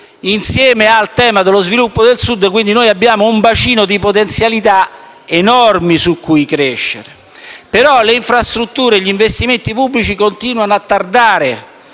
Accanto al tema dello sviluppo del Sud, quindi, abbiamo un bacino di potenzialità enormi su cui crescere. Tuttavia le infrastrutture e gli investimenti pubblici continuano a tardare,